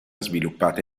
sviluppata